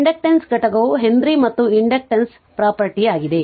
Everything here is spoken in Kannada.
ಇಂಡಕ್ಟನ್ಸ್ನ ಘಟಕವು ಹೆನ್ರಿ ಮತ್ತು ಇಂಡಕ್ಟನ್ಸ್ನ ಪ್ರಾಪರ್ಟಿಯಾಗಿದೆ